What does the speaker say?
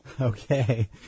Okay